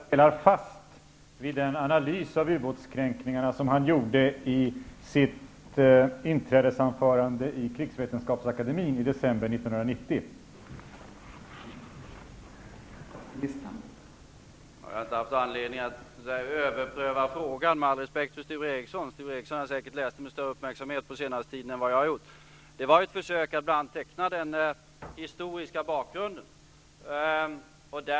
Fru talman! Jag riktar mig till statsministern i samma ämne. Står statsministern i alla delar fast vid den analys av ubåtskränkningarna som han gjorde i sitt inträdesanförande vid